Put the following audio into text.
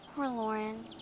lauren,